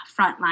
frontline